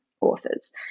authors